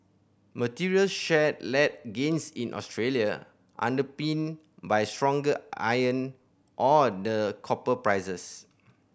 materials share led gains in Australia underpinned by stronger iron ore and copper prices